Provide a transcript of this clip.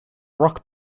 rock